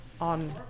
on